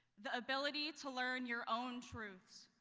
the ability to learn your own truths.